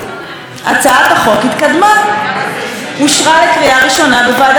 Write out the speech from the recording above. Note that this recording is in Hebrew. אושרה לקריאה ראשונה בוועדת הכלכלה אצל ידידי איתן כבל,